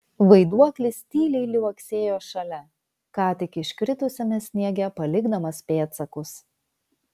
vaiduoklis tyliai liuoksėjo šalia ką tik iškritusiame sniege palikdamas pėdsakus